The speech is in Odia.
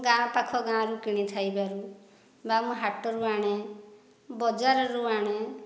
ଗାଁ ପାଖ ଗାଁରୁ କିଣିଥାଇପାରୁ ବା ମୁଁ ହାଟରୁ ଆଣେ ବଜାରରୁ ଆଣେ